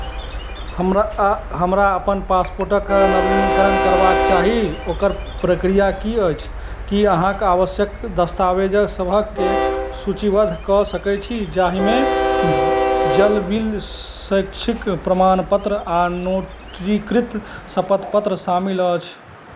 हमरा हमरा अपन पासपोर्टके नवीनीकरण करबाक चाही ओकर प्रक्रिया कि अछि कि अहाँ आवश्यक दस्तावेज सबकेँ सूचीबद्ध कऽ सकै छी जाहिमे जलविल शैक्षिक प्रमाणपत्र आओर नोटरीकृत शपथपत्र शामिल अछि